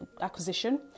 acquisition